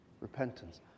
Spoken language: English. Repentance